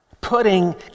putting